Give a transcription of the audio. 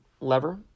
lever